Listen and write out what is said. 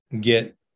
get